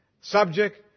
subject